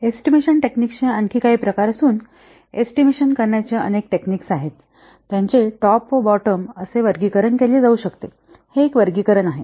estimation टेकनिक्सचे आणखी काही प्रकार असून एस्टिमेशन करण्याचे अनेक टेकनिक्स आहेत त्यांचे टॉप व बॉटम असे वर्गीकरण केले जाऊ शकते हे एक वर्गीकरण आहे